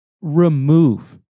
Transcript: remove